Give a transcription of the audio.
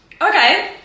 okay